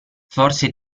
forse